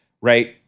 Right